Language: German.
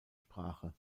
sprache